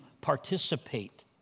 participate